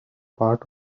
part